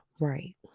Right